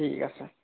ঠিক আছে